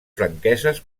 franqueses